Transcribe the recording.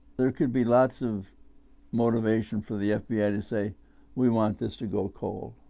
there could be lots of motivation for the f b i. to say we want this to go cold.